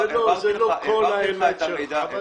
לא כל האמת שלך.